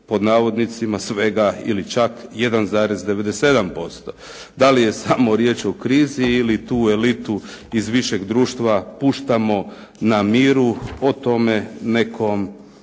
u Hrvatskoj "svega" ili čak 1,97%. Da li je samo riječ o krizi ili tu elitu iz višeg društva puštamo na miru, o tome nekom